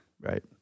right